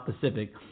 Pacific